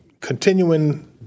continuing